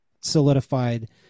solidified